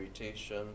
irritation